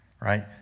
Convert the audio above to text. Right